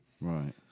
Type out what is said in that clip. Right